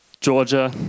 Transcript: Georgia